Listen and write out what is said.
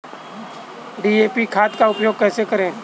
DAP खाद का उपयोग कैसे करें?